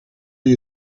you